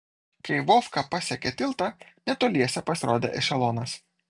kai vovka pasiekė tiltą netoliese pasirodė ešelonas